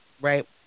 right